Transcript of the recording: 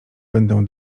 będę